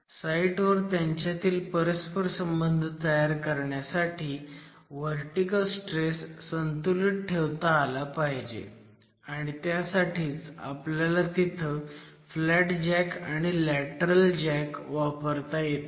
site वर त्यांच्यातील परस्परसंबंध तयार करण्यासाठी व्हर्टिकल स्ट्रेस संतुलित ठेवता आला पाहिजे आणि त्यासाठीच आपल्याला तिथं फ्लॅट जॅक आणि लॅटरल जॅक वापरता येतो